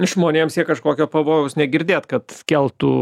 žmonėms jie kažkokio pavojaus negirdėt kad keltų